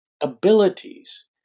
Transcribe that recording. abilities